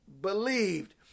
believed